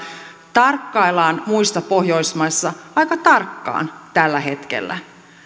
tarkkaillaan muissa pohjoismaissa aika tarkkaan tällä hetkellä